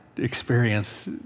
experience